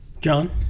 John